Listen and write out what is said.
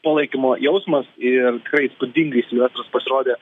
palaikymo jausmas ir tikrai įspūdingai silvestras pasirodė